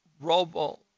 Robo